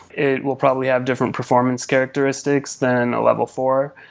it will probably have different performance characteristics than a level four.